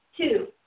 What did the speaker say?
Two